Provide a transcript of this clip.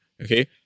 okay